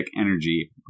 Energy